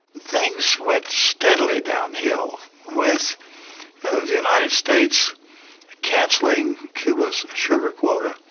things went steadily downhill with the united states cancelling cuba's sugar quota.